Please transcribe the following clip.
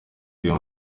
ayo